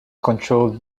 controlled